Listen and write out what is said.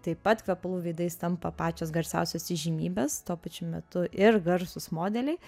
taip pat kvepalų veidais tampa pačios garsiausios įžymybės tuo pačiu metu ir garsūs modeliai